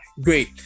great